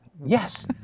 Yes